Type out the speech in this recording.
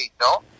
no